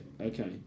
Okay